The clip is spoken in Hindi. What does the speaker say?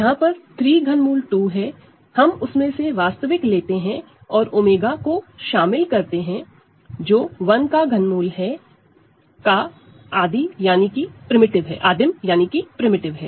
यहां पर 2 के तीन क्यूब रूटस हैं हम उनमें से वास्तविक लेते है और 𝜔 को शामिल करते है जो 1 का क्यूब रूट का एडजॉइन है यानी कि प्रिमिटिव है